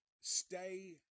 Stay